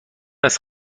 است